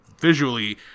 visually